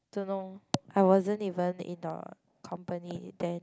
don't know I wasn't even in the company then